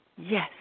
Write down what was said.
Yes